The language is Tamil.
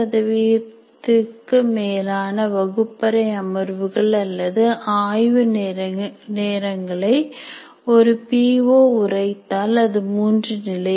40 மேலான வகுப்பறை அமர்வுகள் அல்லது ஆய்வு நேரங்களை ஒரு பி ஓ உரைத்தால் அது மூன்று நிலை